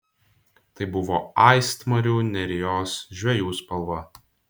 tai buvo aistmarių nerijos žvejų spalva